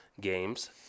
games